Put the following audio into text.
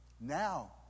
Now